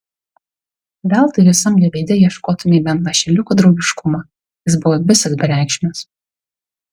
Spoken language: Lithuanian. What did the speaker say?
veltui visam jo veide ieškotumei bent lašeliuko draugiškumo jis buvo visas bereikšmis